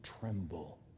tremble